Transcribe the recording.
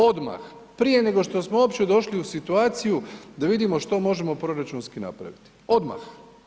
Odmah, prije nego što smo uopće došli u situaciju da vidimo što možemo proračunski napraviti, odmah.